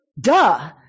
duh